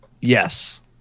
Yes